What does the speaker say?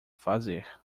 fazer